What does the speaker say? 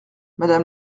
madame